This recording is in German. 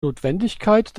notwendigkeit